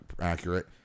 accurate